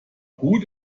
gut